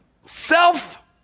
Self